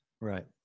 Right